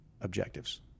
objectives